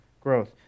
growth